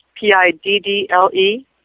P-I-D-D-L-E